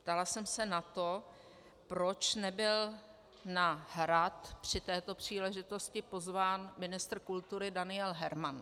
Ptala jsem se na to, proč nebyl na Hrad při této příležitosti pozván ministr kultury Daniel Herman.